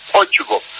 Portugal